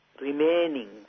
remaining